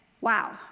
wow